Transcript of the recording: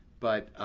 but,